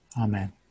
Amen